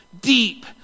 deep